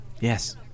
Yes